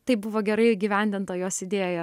tai buvo gerai įgyvendinta jos idėja